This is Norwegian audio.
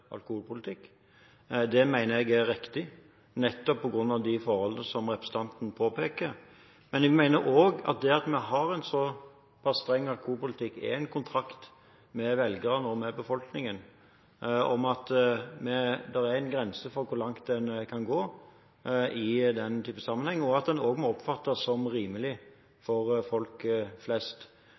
alkoholpolitikk. Det mener jeg er riktig, nettopp på grunn av de forholdene som representanten påpeker. Men jeg mener også at det at vi har en såpass streng alkoholpolitikk, er en kontrakt med velgerne, og med befolkningen, om at det er en grense for hvor langt en kan gå i denne type sammenheng, og at den også må oppfattes som rimelig for folk flest.